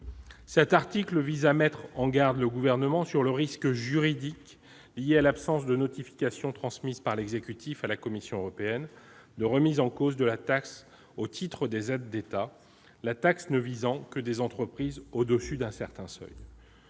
Cet article vise à mettre en garde le Gouvernement sur le risque juridique, lié à l'absence de notification transmise par l'exécutif à la Commission européenne, de remise en cause de la taxe au titre des aides d'État, la taxe ne visant que des entreprises au-dessus d'un certain seuil.